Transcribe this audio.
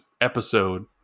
episode